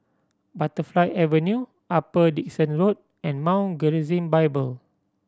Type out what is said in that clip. Butterfly Avenue Upper Dickson Road and Mount Gerizim Bible